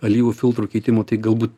alyvų filtrų keitimu tai galbūt